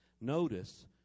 Notice